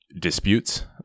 disputes